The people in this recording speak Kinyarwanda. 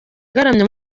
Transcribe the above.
agaramye